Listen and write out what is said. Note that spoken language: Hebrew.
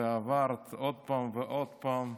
ועברת עוד פעם ועוד פעם.